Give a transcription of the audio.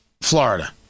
Florida